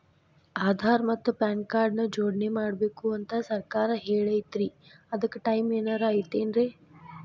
ಆಧಾರ ಮತ್ತ PAN card ನ ಜೋಡಣೆ ಮಾಡ್ಬೇಕು ಅಂತಾ ಸರ್ಕಾರ ಹೇಳೈತ್ರಿ ಅದ್ಕ ಟೈಮ್ ಏನಾರ ಐತೇನ್ರೇ?